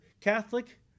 Catholic